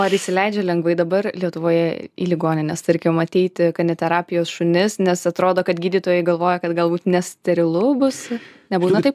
ar įsileidžia lengvai dabar lietuvoje į ligonines tarkim ateiti kaniterapijos šunis nes atrodo kad gydytojai galvoja kad galbūt nesterilu bus nebūna taip